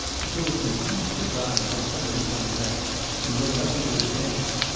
but to his intense surprise she suddenly leaned back and looked up into his face.